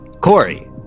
Corey